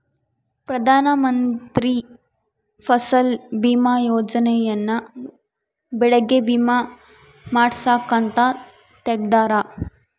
ಪ್ರಧಾನ ಮಂತ್ರಿ ಫಸಲ್ ಬಿಮಾ ಯೋಜನೆ ಯನ್ನ ಬೆಳೆಗೆ ವಿಮೆ ಮಾಡ್ಸಾಕ್ ಅಂತ ತೆಗ್ದಾರ